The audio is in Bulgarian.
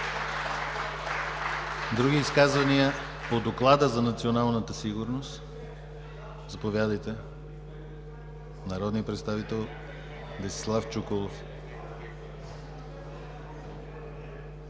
Други изказвания по Доклада за националната сигурност? Заповядайте – народният представител Десислав Чуколов.